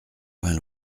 vingt